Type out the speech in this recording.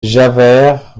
javert